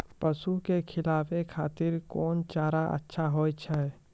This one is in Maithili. पसु के खिलाबै खातिर कोन चारा अच्छा होय छै?